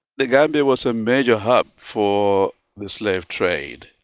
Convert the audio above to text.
the gambia was a major hub for the slave trade,